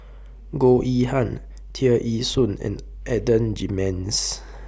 Goh Yihan Tear Ee Soon and Adan Jimenez